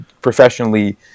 professionally